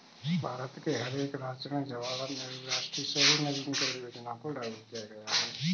भारत के हर एक राज्य में जवाहरलाल नेहरू राष्ट्रीय शहरी नवीकरण योजना को लागू किया गया है